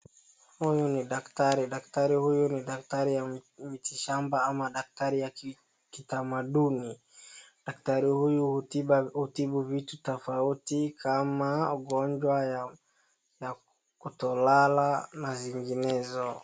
Huyu ni daktari, daktari huyu ni daktari wa miti shamba ama daktari ya kitamaduni. Daktari huyu hutibu vitu tofauti kama ugonjwa ya kutolala na zinginezo.